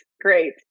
great